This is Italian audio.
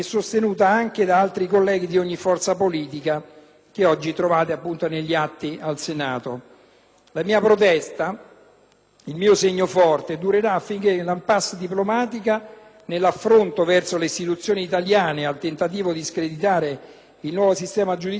La mia protesta, il mio segno forte, durerà finché all'*impasse* diplomatica, nell'affronto verso le istituzioni italiane, con il tentativo di screditare il nuovo sistema giudiziario, non si troverà una soluzione ragionevole.